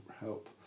help